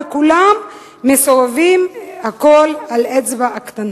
וכולם מסובבים הכול על האצבע הקטנה.